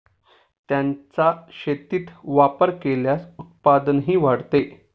त्यांचा शेतीत वापर केल्यास उत्पादनही वाढते